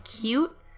cute